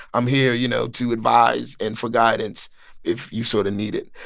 i'm here, you know, to advise and for guidance if you sort of need it.